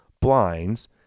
blinds